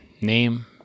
name